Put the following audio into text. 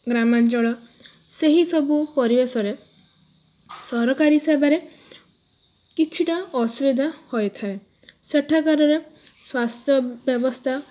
ଗ୍ରାମାଞ୍ଚଳ ସେହି ସବୁ ପରିବେଶରେ ସରକାରୀ ସେବାରେ କିଛିଟା ଅସୁବିଧା ହୋଇଥାଏ ସେଠାକାରରେ ସ୍ୱାସ୍ଥ୍ୟ ବ୍ୟବସ୍ଥା